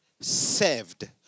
saved